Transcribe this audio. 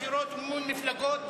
בחירות ומימון מפלגות,